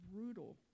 brutal